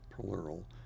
plural